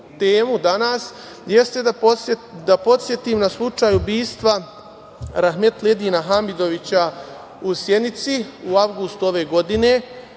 temu danas i da podsetim na slučaj ubistva rahmetli Edina Hamidovića u Sjenici, u avgustu ove godine.